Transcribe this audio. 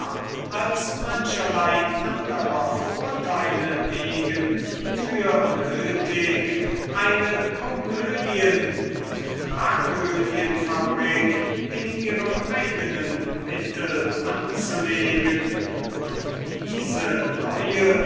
als mancherlei anderer vorteile wegen für nötig eine komödien und tragödienfabrik in ihrem eigenen mittel anzulegen und diese neue